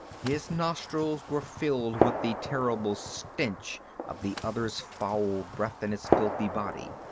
his nostrils were filled with the terrible stench of the other's foul breath and his filthy body.